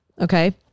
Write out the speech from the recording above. okay